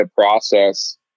process